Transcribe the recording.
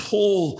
Paul